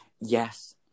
yes